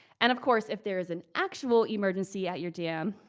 and of course, if there is an actual emergency at your dam,